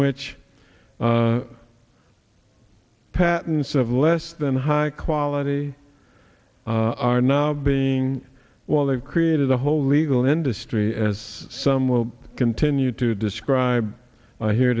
which patents of less than high quality are now being well they've created a whole legal industry as some will continue to describe here